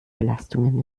belastungen